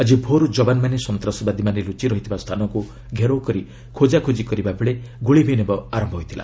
ଆଜି ଭୋରୁ ଯବାନମାନେ ସନ୍ତାସବାଦୀମାନେ ଲୁଚିରହିଥିବା ସ୍ଥାନକୁ ଘେରାଓ କରି ଖୋକାଖୋଜି କରିବାବେଳେ ଗୁଳି ବିନିମୟ ଘଟିଥିଲା